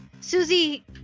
Susie